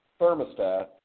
thermostat